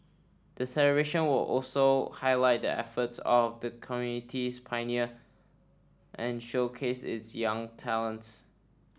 the celebration will also highlight the efforts of the community's pioneer and showcase its young talents